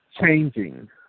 changing